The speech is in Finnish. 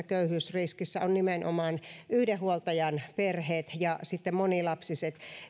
köyhyysriskissä on nimenomaan yhden huoltajan perheet ja sitten monilapsiset